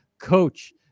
coach